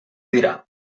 dirà